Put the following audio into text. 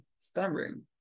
stammering